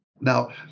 Now